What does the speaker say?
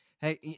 Hey